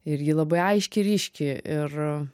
ir ji labai aiškiai ryški ir